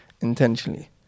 intentionally